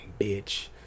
bitch